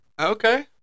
Okay